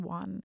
one